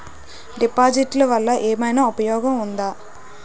డిపాజిట్లు వల్ల ఏమైనా ఉపయోగం ఉందా?